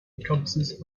encompasses